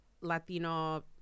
Latino